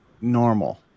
normal